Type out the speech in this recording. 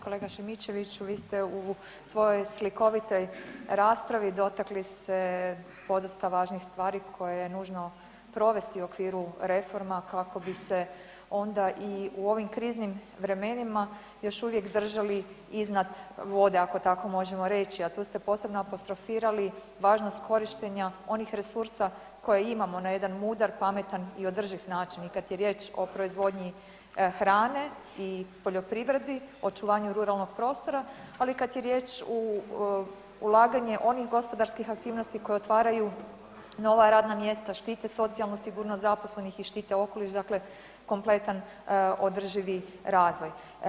Kolega Šimičeviću vi ste u svojoj slikovitoj raspravi dotakli se podosta važnih stvari koje je nužno provesti u okviru reforma kako bi se onda i u ovim kriznim vremenima još uvijek držali iznad vode ako tako možemo reći, a tu ste posebno apostrofirali važnost korištenja onih resursa koje imamo na jedan mudar, pametan i održiv način i kad je riječ o proizvodnji hrane i poljoprivredi, očuvanju ruralnog prostora ali i kad je riječ u ulaganje onih gospodarskih aktivnosti koje otvaraju nova radna mjesta, štite socijalnu sigurnost zaposlenih i štite okoliš, dakle kompletan održivi razvoj.